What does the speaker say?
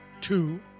two